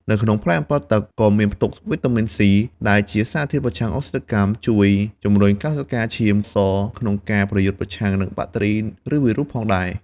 នៅក្នងផ្លែអម្ពិលទឹកក៏មានផ្ទុកវីតាមីន ស៊ី ដែលជាសារធាតុប្រឆាំងអុកស៊ីតកម្មជួយជំរុញកោសិកាឈាមសក្នុងការប្រយុទ្ធប្រឆាំងនឹងបាក់តេរី ឬវីរុសផងដែរ។